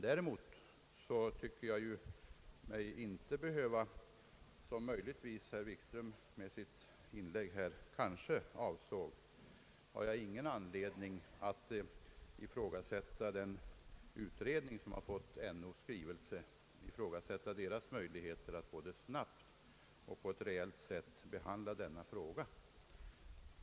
Däremot har jag ingen anledning — som herr Wikström möjligen antydde i sitt inlägg — att ifrågasätta möjligheterna för den utredning, som har fått NO:s skrivelse, att både snabbt och omsorgsfullt behandla denna fråga.